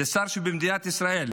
זה שר במדינת ישראל.